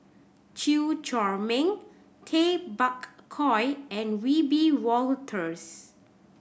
Chew Chor Meng Tay Bak Koi and Wiebe Wolters